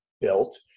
built